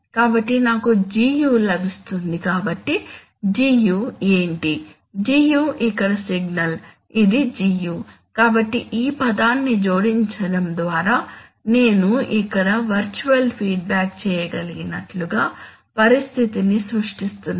కాబట్టి నాకు Gu లభిస్తుంది కాబట్టి Gu ఏంటి Gu ఇక్కడ సిగ్నల్ ఇది Gu కాబట్టి ఈ పదాన్ని జోడించడం ద్వారా నేను ఇక్కడ వర్చువల్ ఫీడ్బ్యాక్ చేయగలిగినట్లుగా పరిస్థితిని సృష్టిస్తున్నాను